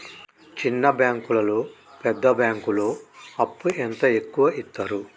చిన్న బ్యాంకులలో పెద్ద బ్యాంకులో అప్పు ఎంత ఎక్కువ యిత్తరు?